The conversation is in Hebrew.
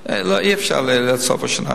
ואי-אפשר, עד סוף השנה.